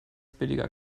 billiger